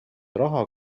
raha